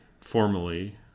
formally